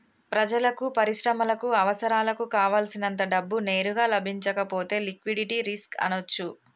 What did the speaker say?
ప్రజలకు, పరిశ్రమలకు అవసరాలకు కావల్సినంత డబ్బు నేరుగా లభించకపోతే లిక్విడిటీ రిస్క్ అనొచ్చు